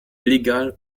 illegal